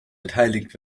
beteiligt